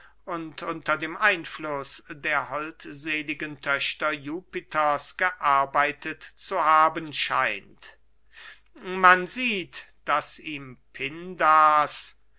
und unter dem einfluß der holdseligen töchter jupiters gearbeitet zu haben scheint man sieht daß ihm pindars